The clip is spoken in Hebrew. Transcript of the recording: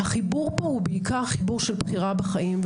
החיבור פה הוא בעיקר החיבור של בחירה בחיים.